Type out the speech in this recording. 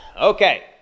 Okay